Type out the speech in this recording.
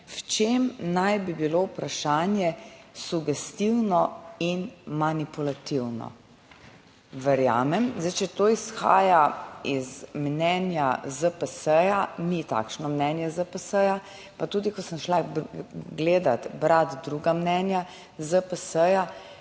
v čem naj bi bilo vprašanje sugestivno in manipulativno. Verjamem, zdaj, če to izhaja iz mnenja ZPS, mi takšno mnenje ZPS pa tudi, ko sem šla gledati, brati druga mnenja ZPS,